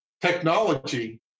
Technology